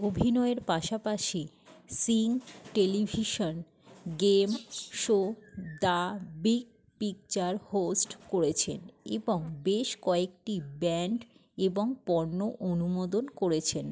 অভিনয়ের পাশাপাশি Singh television game show the big picture host করেছেন এবং বেশ কয়েকটি ব্র্যান্ড এবং পণ্য অনুমোদন করেছেন